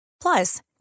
Plus